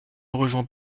rejoint